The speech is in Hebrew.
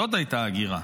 זאת הייתה הגירה.